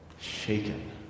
shaken